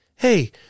Hey